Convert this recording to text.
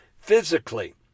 physically